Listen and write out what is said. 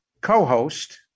co-host